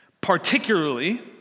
particularly